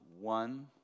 one